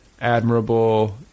admirable